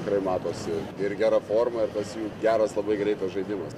tiktai matosi ir gera forma ir tas jų geras labai greitas žaidimas